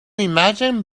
imagine